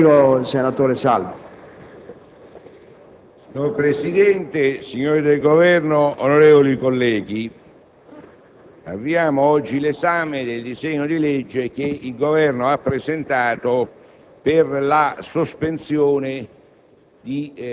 *relatore*. Signor Presidente, signori del Governo, onorevoli colleghi, abbiamo oggi in esame il disegno di legge che il Governo ha presentato per la sospensione